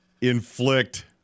inflict